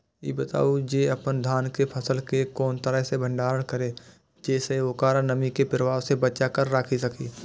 ई बताऊ जे अपन धान के फसल केय कोन तरह सं भंडारण करि जेय सं ओकरा नमी के प्रभाव सं बचा कय राखि सकी?